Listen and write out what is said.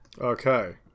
okay